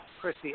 Chrissy